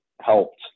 helped